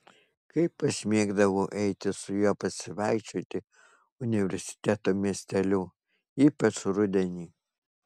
kaip aš mėgdavau eiti su juo pasivaikščioti universiteto miesteliu ypač rudenį